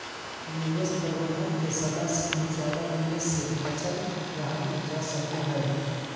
निवेश प्रबंधक के सलाह से भी ज्यादा निवेश से बचल रहल जा सको हय